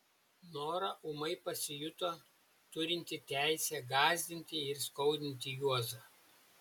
nora ūmai pasijuto turinti teisę gąsdinti ir skaudinti juozą